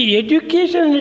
education